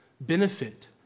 benefit